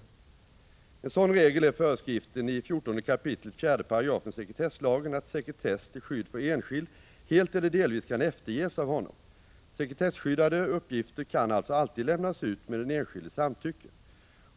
81 En sådan regel är föreskriften i 14 kap. 4 § sekretesslagen att sekretess till skydd för enskild helt eller delvis kan efterges av honom. Sekretesskyddade uppgifter kan alltså alltid lämnas ut med den enskildes samtycke.